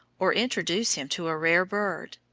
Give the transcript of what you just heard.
or introduce him to a rare bird.